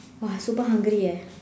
!wah! super hungry eh